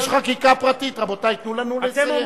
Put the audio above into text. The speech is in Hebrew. יש חקיקה פרטית, רבותי, תנו לנו לסיים.